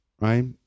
right